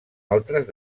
altres